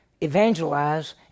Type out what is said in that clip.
evangelize